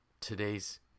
today's